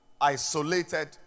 isolated